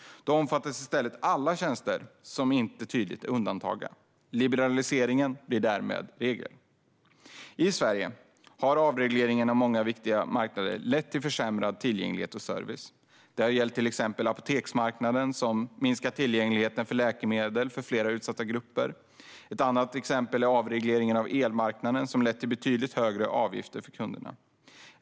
Då omfattas i stället alla tjänster som inte tydligt är undantagna. Liberaliseringen blir därmed regel. I Sverige har avregleringen av många viktiga marknader lett till försämrad tillgänglighet och service. Det har gällt till exempel apoteksmarknaden, som har minskat tillgängligheten för läkemedel för flera utsatta grupper. Ett annat exempel är avregleringen av elmarknaden, som har lett till betydligt högre avgifter för kunderna.